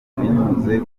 binyuze